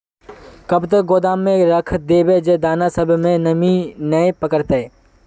कब तक गोदाम में रख देबे जे दाना सब में नमी नय पकड़ते?